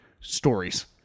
stories